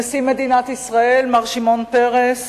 נשיא מדינת ישראל מר שמעון פרס,